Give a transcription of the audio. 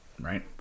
Right